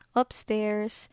upstairs